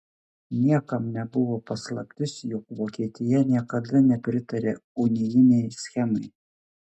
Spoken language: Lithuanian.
niekam nebuvo paslaptis jog vokietija niekada nepritarė unijinei schemai